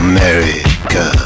America